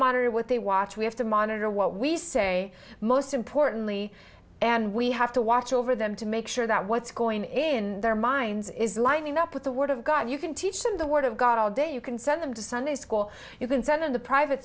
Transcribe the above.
monitor what they watch we have to monitor what we say most importantly and we have to watch over them to make sure that what's going on in their minds is lining up with the word of god if you can teach them the word of god all day you can send them to sunday school you can send in the private